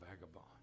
vagabond